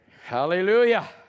Hallelujah